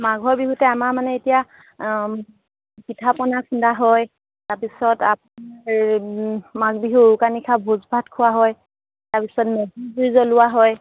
মাঘৰ বিহুতে আমাৰ মানে এতিয়া পিঠা পনা খুন্দা হয় তাৰ পিছত আপোনাৰ মাঘ বিহুৰ উৰুকা নিশা ভোজ ভাত খোৱা হয় তাৰ পিছত মেজি জুই জ্বলোৱা হয়